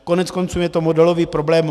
Koneckonců je to modelový problém.